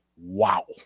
Wow